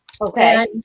Okay